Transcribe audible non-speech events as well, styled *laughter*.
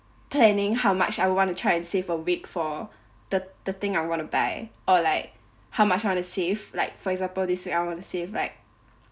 planning how much I would want to try and save a week for *breath* the the thing I want to buy or like how much I want to save like for example this week I want to save like